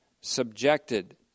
subjected